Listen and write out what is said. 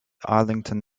arlington